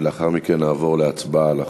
ולאחר מכן נעבור להצבעה על החוק.